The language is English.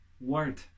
word